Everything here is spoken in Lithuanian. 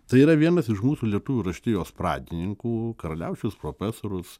tai yra vienas iš mūsų lietuvių raštijos pradininkų karaliaučiaus profesorius